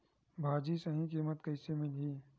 भाजी सही कीमत कइसे मिलही?